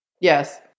yes